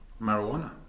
Marijuana